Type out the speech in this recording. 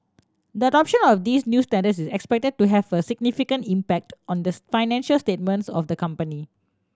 the adoption of these new standards is expected to have a significant impact on the financial statements of the company